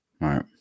Right